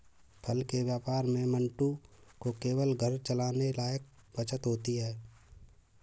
फल के व्यापार में मंटू को केवल घर चलाने लायक बचत होती है